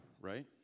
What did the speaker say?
right